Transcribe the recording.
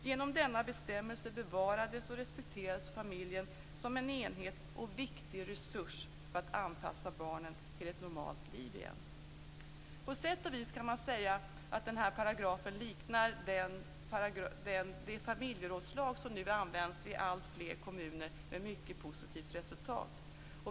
Genom denna bestämmelse bevarades och respekterades familjen som en enhet och viktig resurs för att anpassa barnet till ett normalt liv igen. Man kan säga att denna paragraf på sätt och vis faktiskt liknar de familjerådslag som används i alltfler kommuner med mycket positiva resultat.